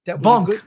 Bunk